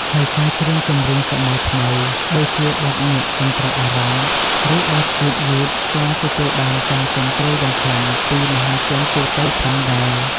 ហើយការច្រៀងចម្រៀងសម័យថ្មី ដូចជាបទញាក់កន្ត្រាក់អារម្មណ៍ ឬបទយឺតៗ ក៏ទទួលបានការគាំទ្រយ៉ាងខ្លាំងពីមហាជនទូទៅផងដែរ។